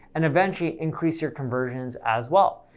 and eventually increase your conversions as well.